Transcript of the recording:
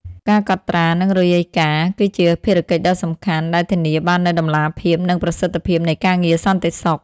ការកត់ត្រា និងរាយការណ៍ គឺជាភារកិច្ចដ៏សំខាន់ដែលធានាបាននូវតម្លាភាព និងប្រសិទ្ធភាពនៃការងារសន្តិសុខ។